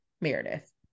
Meredith